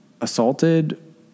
assaulted